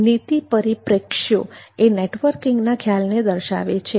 નીતિ પરિપ્રેક્ષ્યો એ નેટવર્કિંગના ખ્યાલને દર્શાવે છે